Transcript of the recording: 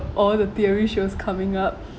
all the theories she was coming up